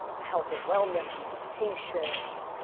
health and wellness, meditation,